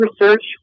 research